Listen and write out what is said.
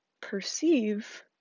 perceive